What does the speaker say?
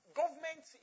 government